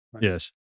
Yes